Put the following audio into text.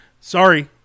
Sorry